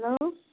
hello